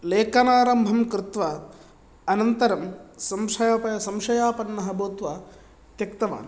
लेखनारम्भं कृत्वा अनन्तरं संशया संशयापन्नः भूत्वा त्यक्तवान्